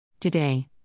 Today